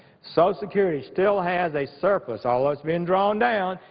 so security still has a surplus, although it's been drawn down,